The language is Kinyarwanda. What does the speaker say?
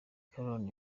cameroun